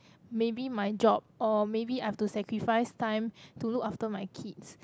maybe my job or maybe I have to sacrifice time to look after my kids